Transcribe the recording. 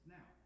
Now